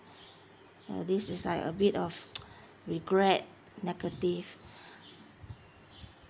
uh this is like a bit of regret negative